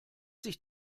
sich